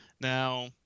Now